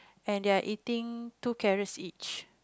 and they're eating two carrots each